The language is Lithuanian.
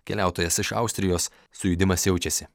keliautojas iš austrijos sujudimas jaučiasi